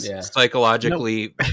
psychologically